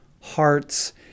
hearts